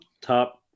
top